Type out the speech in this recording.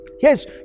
Yes